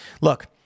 Look